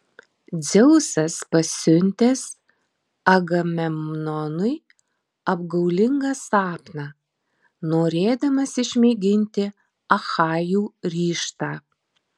dzeusas pasiuntęs agamemnonui apgaulingą sapną norėdamas išmėginti achajų ryžtą